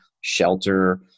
shelter